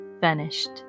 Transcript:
vanished